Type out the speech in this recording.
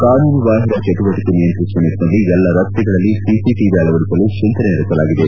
ಕಾನೂನು ಬಾಹಿರ ಚಟುವಟಿಕೆ ನಿಯಂತ್ರಿಸುವ ನಿಟ್ಟನಲ್ಲಿ ಎಲ್ಲಾ ರಸ್ತೆಗಳಲ್ಲಿ ಒಸಿಟವಿ ಅಳವಡಿಸಲು ಚಿಂತನೆ ನಡೆಸಲಾಗಿದೆ